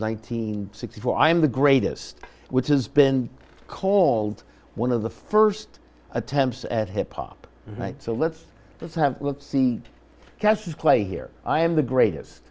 hundred sixty four i am the greatest which has been called one of the first attempts at hip hop so let's let's have the cash play here i am the greatest